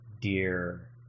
dear